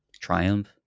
triumph